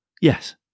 Yes